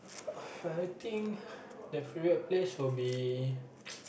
uh I think the favourite place will be